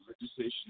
legislation